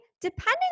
depending